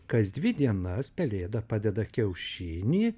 kas dvi dienas pelėda padeda kiaušinį